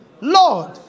Lord